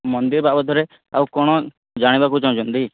ମନ୍ଦିର ବାବଦରେ ଆଉ କ'ଣ ଜାଣିବାକୁ ଚାହୁଁଛନ୍ତି